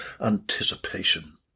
anticipation